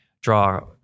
draw